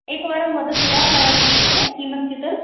एकवारं वदति वा लहरिविषये किमस्ति तत्